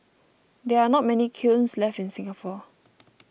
there are not many kilns left in Singapore